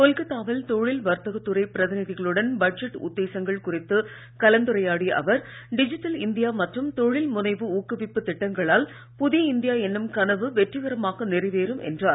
கொல்கத்தாவில் தொழில் வர்த்தகத்துறை பிரதிநிதிகளுடன் பட்ஜெட் உத்தேசங்கள் குறித்து கலந்துரையாடிய அவர் டிஜிட்டல் இந்தியா மற்றும் தொழில் முனைவு ஊக்குவிப்பு திட்டங்களால் புதிய இந்தியா என்னும் கனவு வெற்றிகரமாக நிறைவேறும் என்றார்